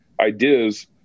ideas